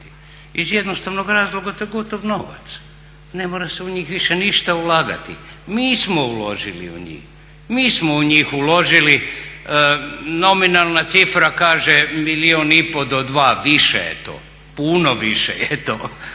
Iz jednostavnog razloga, to je gotov novac, ne mora se u njih više ništa ulagati. Mi smo uložili u njih, nominalna cifra kaže milijun i pol do dva, više je to, puno više je to.